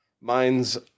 Mine's